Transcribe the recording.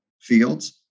fields